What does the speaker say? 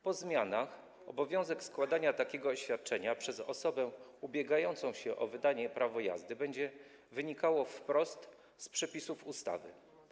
Po zmianach obowiązek składania takiego oświadczenia przez osobę ubiegającą się o wydanie prawa jazdy będzie wynikał wprost z przepisów ustawy.